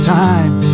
time